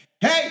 hey